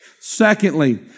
Secondly